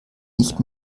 nicht